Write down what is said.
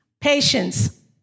patience